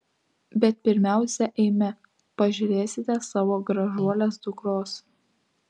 bet pirmiausia eime pažiūrėsite savo gražuolės dukros